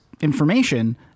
information